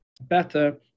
better